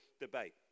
debate